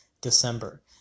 December